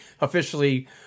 officially